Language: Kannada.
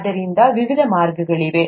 ಆದ್ದರಿಂದ ವಿವಿಧ ಮಾರ್ಗಗಳಿವೆ